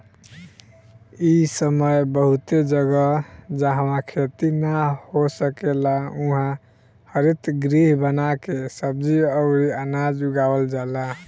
इ समय बहुते जगह, जाहवा खेती ना हो सकेला उहा हरितगृह बना के सब्जी अउरी अनाज उगावल जाला